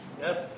yes